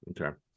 Okay